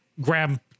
grab